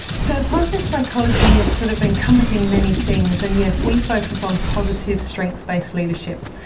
so positive psychology is sort of encompassing many things, and yes, we focus on positive strengths based leadership.